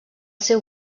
seu